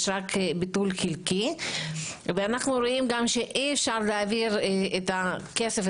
יש רק ביטול חלקי ואנחנו רואים גם שאי אפשר להעביר את הכסף,